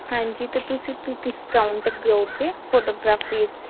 ਹਾਂਜੀ ਤੇ ਤੁਸੀਂ ਕੋਈ ਡਿਸਕਾਊਂਟ ਦੋਏਗੇ ਫੋਟੋਗ੍ਰਾਫੀ ਵਿੱਚ